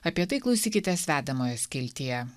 apie tai klausykitės vedamojo skiltyje